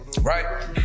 Right